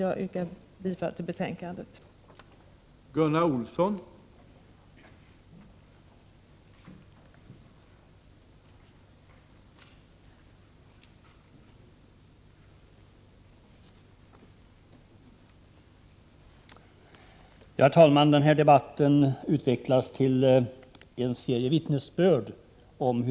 Jag yrkar bifall till utskottets hemställan.